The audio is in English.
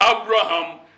Abraham